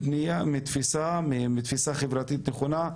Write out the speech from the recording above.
מתפיסה חברתית נכונה,